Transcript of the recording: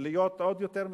להיות עוד יותר מסכנים.